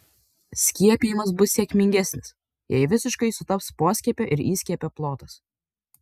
skiepijimas bus sėkmingesnis jei visiškai sutaps poskiepio ir įskiepio plotas